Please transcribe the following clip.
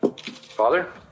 Father